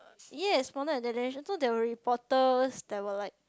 yes modern adaptation so there were reporters that were like